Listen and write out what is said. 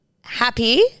happy